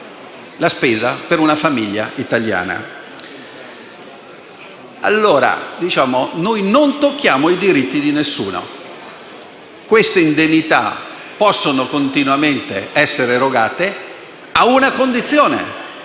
spesa di una famiglia italiana. Noi non tocchiamo i diritti di nessuno: queste indennità possono continuamente essere erogate a una condizione,